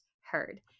heard